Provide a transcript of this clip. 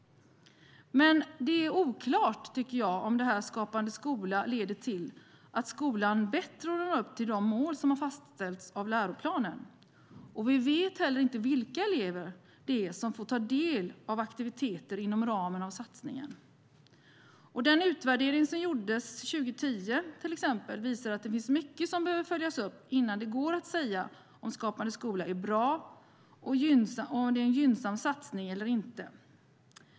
Men jag tycker att det är oklart om Skapande skola leder till att skolan bättre når upp till de mål som har fastställs genom läroplanen. Vi vet inte heller vilka elever som får ta del av aktiviteter inom ramen för satsningen. Den utvärdering som gjordes 2010 visar att det är mycket som behöver följas upp innan det går att säga om Skapande skola är en bra och gynnsam satsning eller inte.